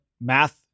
math